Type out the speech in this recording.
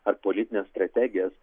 ar politines strategijas